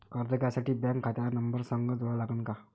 कर्ज घ्यासाठी बँक खात्याचा नंबर संग जोडा लागन का?